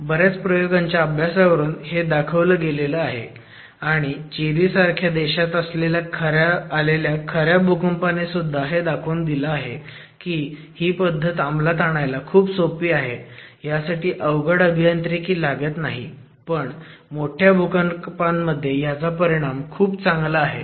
आणि बऱ्याच प्रयोगांच्या अभ्यासावरून हे दाखवलं गेलं आहे आणि चिली सारख्या देशात आलेल्या खऱ्या भूकंपाने सुद्धा हे दाखवलं आहे की ही पद्धत अमलात आणायला खूप सोपी आहे ह्यासाठी अवघड अभियांत्रिकी लागत नाही पण मोठ्या भूकंपामध्ये ह्याचा परिणाम खूप चांगला आहे